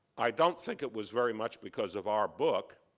i don't think it was very much because of our book.